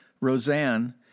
Roseanne